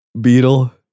beetle